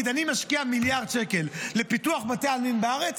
יגיד: אני משקיע מיליארד שקל בפיתוח בתי העלמין בארץ,